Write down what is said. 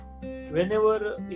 Whenever